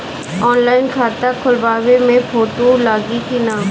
Online खाता खोलबाबे मे फोटो लागि कि ना?